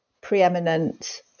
preeminent